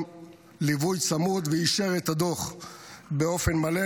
ליווי צמוד ואישר את הדוח באופן מלא,